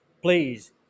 Please